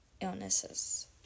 illnesses